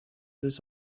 this